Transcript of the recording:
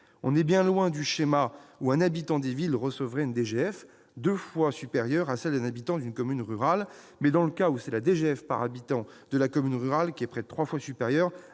On est bien loin du schéma où l'habitant des villes recevrait une DGF deux fois supérieure à celle perçue par l'habitant d'une commune rurale : en l'occurrence, c'est la DGF par habitant de la commune rurale qui est près de trois fois supérieure